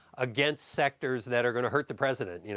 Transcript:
against sectors that are going to hurt the president, you know